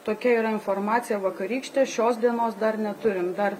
tokia yra informacija vakarykštė šios dienos dar neturim dar